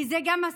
כי זה גם הסיפור.